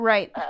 Right